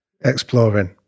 exploring